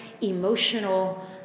emotional